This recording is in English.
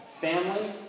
family